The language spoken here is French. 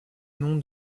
nom